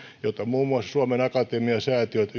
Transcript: jota muun muassa suomen akatemia ja säätiöt